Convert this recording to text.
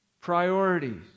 Priorities